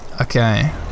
Okay